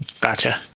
Gotcha